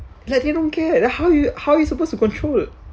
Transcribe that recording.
like they don't care how you how you supposed to control